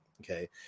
Okay